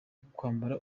kwambara